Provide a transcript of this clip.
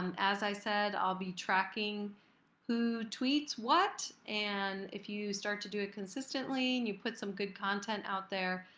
and as i said, i'll be tracking who tweets what and if you start to do it consistently and you put some good content out there,